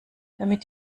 damit